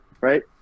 right